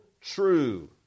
true